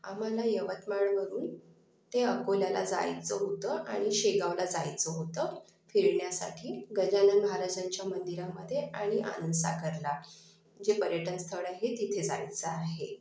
आम्हाला यवतमाळवरून ते अकोल्याला जायचं होतं आणि शेगांवला जायचं होतं फिरण्यासाठी गजानन महाराजांच्या मंदिरामधे आणि आनंदसागरला जे पर्यटन स्थळ आहे तिथे जायचं आहे